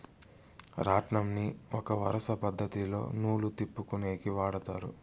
రాట్నంని ఒక వరుస పద్ధతిలో నూలు తిప్పుకొనేకి వాడతారు